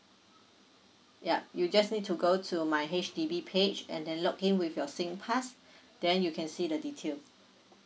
yup you just need to go to my H_D_B page and then login with your singpass then you can see the detail